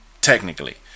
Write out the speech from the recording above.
Technically